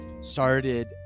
started